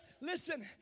listen